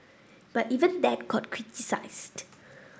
but even that got criticised